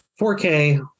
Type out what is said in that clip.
4K